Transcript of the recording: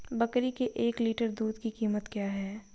बकरी के एक लीटर दूध की कीमत क्या है?